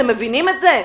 אתם מבינים את זה?